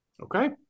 Okay